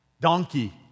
donkey